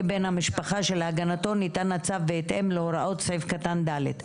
בן המשפחה שלהגנתו ניתן הצו בהתאם להוראות סעיף קטן (ד).